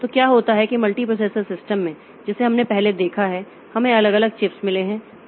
तो क्या होता है कि मल्टीप्रोसेसर सिस्टम में जिसे हमने पहले देखा है हमें अलग अलग चिप्स मिले हैं